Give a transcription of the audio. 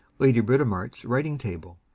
lady britomart's writing table,